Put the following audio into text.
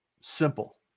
Simple